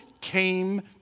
came